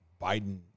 Biden